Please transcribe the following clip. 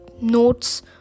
Notes